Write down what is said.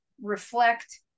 reflect